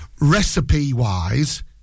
Recipe-wise